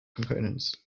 components